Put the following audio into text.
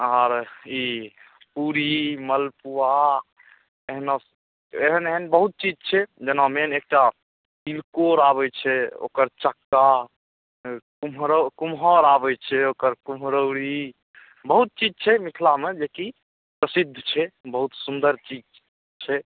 आओर ई पूड़ी मलपुआ एहना एहन एहन बहुत चीज छै जेना मेन एकटा तिलकोर आबै छै ओकर चक्का कुमहर कुमहर आबै छै ओकर कुम्हरौरी बहुत चीज छै मिथिलामे जेकि प्रसिद्ध छै बहुत सुन्दर चीज छै